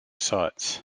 sites